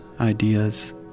ideas